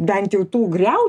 bent jau tų griaučių